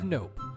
Nope